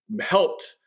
helped